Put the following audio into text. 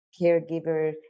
caregiver